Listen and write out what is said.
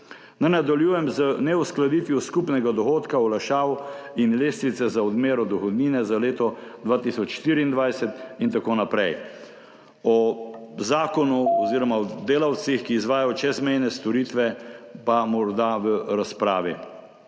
nadaljujem z neuskladitvijo skupnega dohodka olajšav in lestvice za odmero dohodnine za leto 2024 in tako naprej. O zakonu oziroma o delavcih, ki izvajajo čezmejne storitve, pa morda v razpravi.